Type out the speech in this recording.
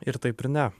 ir taip ir ne